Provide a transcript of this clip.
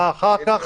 מה אחר כך.